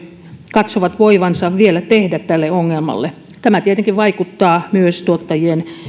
katsovat voivansa vielä tehdä tälle ongelmalle tämä tietenkin vaikuttaa myös tuottajien ja